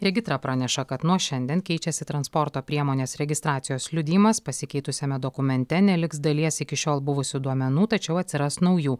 regitra praneša kad nuo šiandien keičiasi transporto priemonės registracijos liudijimas pasikeitusiame dokumente neliks dalies iki šiol buvusių duomenų tačiau atsiras naujų